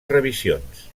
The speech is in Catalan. revisions